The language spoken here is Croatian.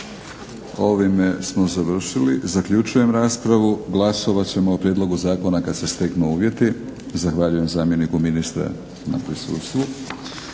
Ovime smo završili. Zaključujem raspravu. Glasovat ćemo o prijedlogu zakona kada se steknu uvjeti. Zahvaljujem zamjeniku ministra na prisustvu.